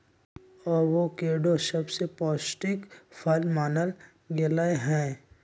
avocado सबसे पौष्टिक फल मानल गेलई ह